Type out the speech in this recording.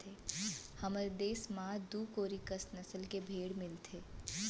हमर देस म दू कोरी कस नसल के भेड़ी मिलथें